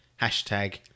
hashtag